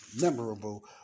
memorable